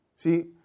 See